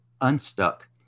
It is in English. unstuck